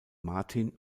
martin